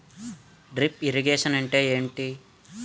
Drip irrigation అంటే ఏమిటి?